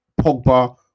Pogba